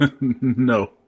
No